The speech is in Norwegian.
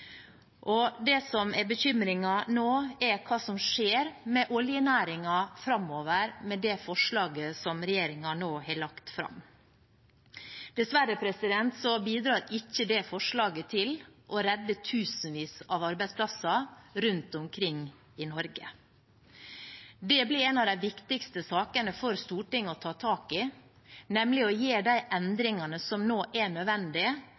Det som er bekymringen nå, er hva som skjer med oljenæringen framover med det forslaget regjeringen nå har lagt fram. Dessverre bidrar ikke det forslaget til å redde tusenvis av arbeidsplasser rundt omkring i Norge. Det blir en av de viktigste sakene for Stortinget å ta tak i, nemlig å gjøre de endringene som nå er nødvendige